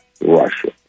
Russia